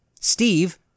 Steve